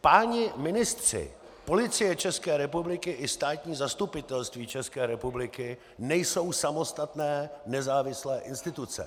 Páni ministři, Policie České republiky i státní zastupitelství České republiky nejsou samostatné, nezávislé instituce.